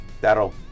that'll